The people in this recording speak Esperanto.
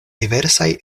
diversaj